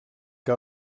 que